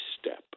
step